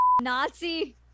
Nazi